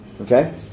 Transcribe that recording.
Okay